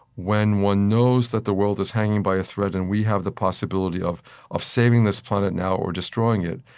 when one knows that the world is hanging by a thread and we have the possibility of of saving this planet now or destroying it,